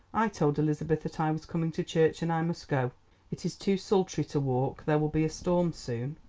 i told elizabeth that i was coming to church, and i must go it is too sultry to walk there will be a storm soon.